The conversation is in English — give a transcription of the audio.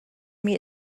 meet